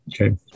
Okay